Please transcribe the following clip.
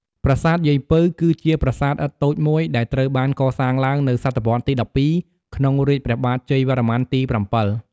ប្រាសាទយាយពៅ គឺជាប្រាសាទឥដ្ឋតូចមួយដែលត្រូវបានកសាងឡើងនៅ សតវត្សរ៍ទី ១២ ក្នុងរាជ្យព្រះបាទជ័យវរ្ម័នទី ៧។